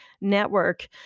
network